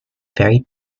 very